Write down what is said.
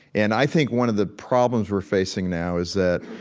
and i think one of the problems we're facing now is that,